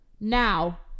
Now